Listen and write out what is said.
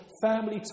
family